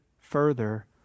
further